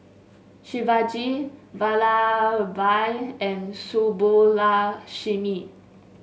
Shivaji Vallabhbhai and Subbulakshmi